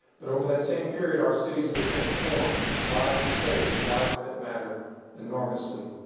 but over that same period our cities were transformed, lives were saved, lives that matter enormously.